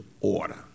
order